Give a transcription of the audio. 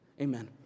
Amen